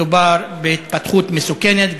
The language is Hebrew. מדובר בהתפתחות מסוכנת.